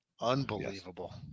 unbelievable